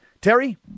Terry